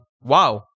wow